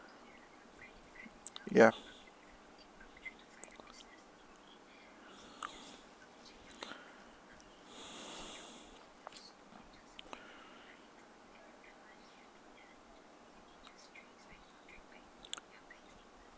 ya